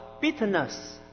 bitterness